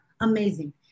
Amazing